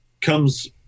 comes